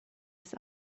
his